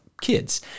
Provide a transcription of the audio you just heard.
kids